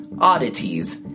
Oddities